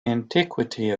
antiquity